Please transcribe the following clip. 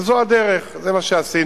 וזו הדרך, זה מה שעשינו.